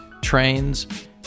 trains